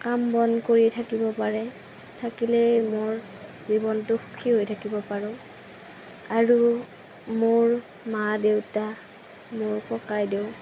কাম বন কৰি থাকিব পাৰে থাকিলেই মোৰ জীৱনটো সুখী হৈ থাকিব পাৰোঁ আৰু মোৰ মা দেউতা মোৰ ককাইদেউ